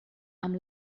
amb